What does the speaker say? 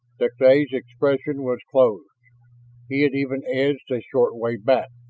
deklay's expression was closed he had even edged a short way back,